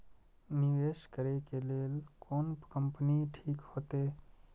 निवेश करे के लेल कोन कंपनी ठीक होते?